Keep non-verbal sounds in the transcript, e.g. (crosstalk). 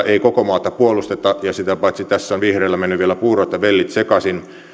(unintelligible) ei koko maata puolusteta ja sitä paitsi tässä on vihreillä mennyt vielä puurot ja vellit sekaisin